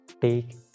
take